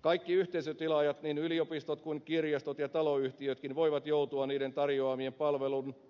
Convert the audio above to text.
kaikki yhteisötilaajat niin yliopistot kuin kirjastot ja taloyhtiötkin voivat joutua niiden tarjoamien